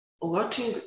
watching